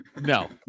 no